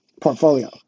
portfolio